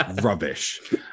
rubbish